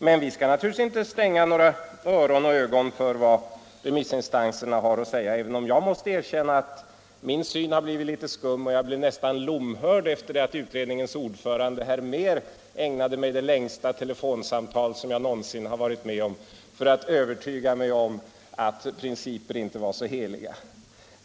Men vi skall naturligtvis inte stänga våra öron och ögon för vad remissinstanserna har att säga — även om jag måste erkänna att min syn har blivit litet skum och att jag blev nästan lomhörd efter det att utredningens ordförande, herr Mehr, med mig förde det längsta telefonsamtal som jag någonsin har varit med om för att övertyga mig om att principer inte är så heliga.